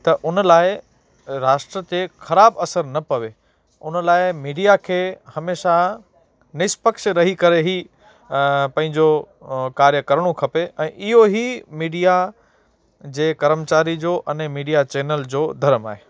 त उन लाइ राष्ट्र ते ख़राबु असर न पवे उन लाइ मीडिया खे हमेशह निष्पक्ष रही करे ई पंहिंजो कार्य करिणो खपे ऐं इहेई मीडिया जे कर्मचारी जो अने मीडिया चैनल जो धर्म आहे